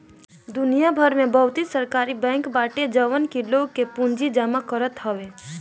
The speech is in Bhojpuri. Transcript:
दुनिया भर में बहुते सहकारी बैंक बाटे जवन की लोग के पूंजी जमा करत हवे